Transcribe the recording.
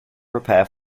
prepare